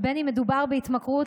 בלי טיפת אידיאולוגיה.